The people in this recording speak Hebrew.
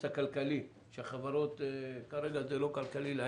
שלחברות כרגע זה לא כלכלי,